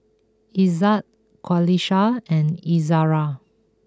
Izzat Qalisha and Izara